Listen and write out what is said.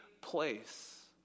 place